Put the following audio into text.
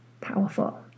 Powerful